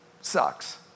sucks